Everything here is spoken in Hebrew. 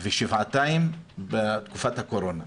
ושבעתיים, בתקופת הקורונה.